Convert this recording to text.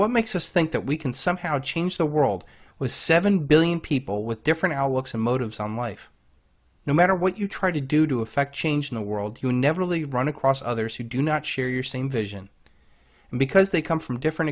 what makes us think that we can somehow change the world was seven billion people with different outlooks and motives on life no matter what you try to do to affect change in the world you never really run across others who do not share your same vision and because they come from different